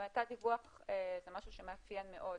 תת דיווח זה משהו שמאפיין מאוד